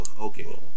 okay